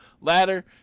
ladder